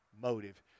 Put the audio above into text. motive